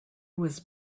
was